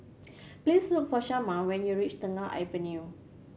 please look for Shamar when you reach Tengah Avenue